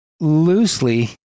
loosely